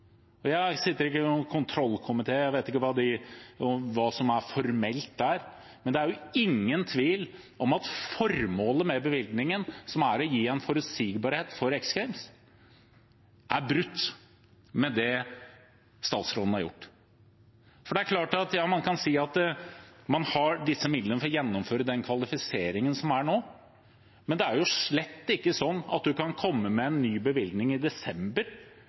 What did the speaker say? formelt der. Men det er ingen tvil om at formålet med bevilgningen – som er å gi en forutsigbarhet for X Games – er brutt med det statsråden har gjort. Ja, man kan si at man har midlene til å gjennomføre den kvalifiseringen som er nå. Men det er slett ikke sånn at man kan komme med en ny bevilgning i desember,